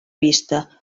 vista